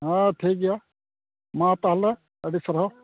ᱦᱮᱸ ᱴᱷᱤᱠ ᱜᱮᱭᱟ ᱢᱟ ᱛᱟᱦᱚᱞᱮ ᱟᱹᱰᱤ ᱥᱟᱨᱦᱟᱣ